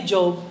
Job